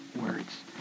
words